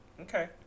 okay